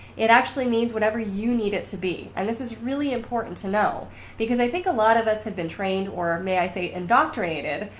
it actually means whatever you need it to be and this is really important to know because i think a lot of us have been trained, or may i say indoctrinated,